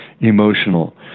emotional